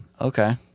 Okay